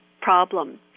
problem